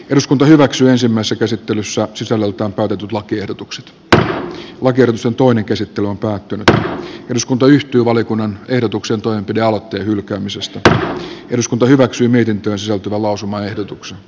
eduskunta elinkeinoministeriön tulee huolehtia siitä että työvoima ja yrityspalveluja kyetään tarjoamaan alueellisesti kattavassa työ ja elinkeinotoimistoverkossa jossa asiakkaat eivät joudu kulkemaan kohtuuttomia matkoja palveluita saadakseen